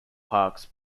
parkes